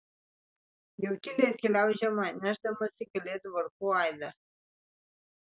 jau tyliai atkeliauja žiema nešdamasi kalėdų varpų aidą